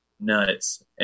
nuts